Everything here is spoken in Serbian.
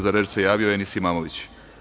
Za reč se javio Enis Imamović.